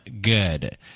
good